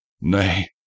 Nay